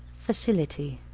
facility